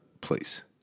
place